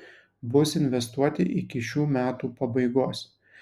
bus investuoti iki šių metų pabaigos